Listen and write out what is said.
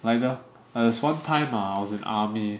like there there's one time ah I was in army